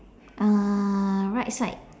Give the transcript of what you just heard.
uh right side